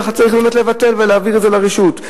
הצליח, צריך באמת לבטל ולהעביר לרשות.